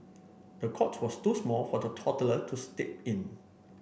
the cot was too small for the toddler to sleep in